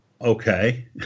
Okay